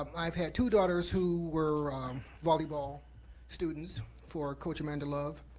um i've had two daughters who were volleyball students for coach amanda love,